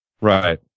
Right